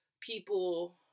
people